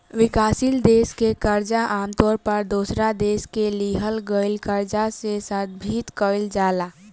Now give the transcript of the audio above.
विकासशील देश के कर्जा आमतौर पर दोसरा देश से लिहल गईल कर्जा से संदर्भित कईल जाला